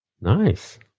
Nice